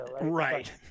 right